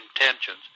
intentions